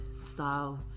style